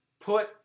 put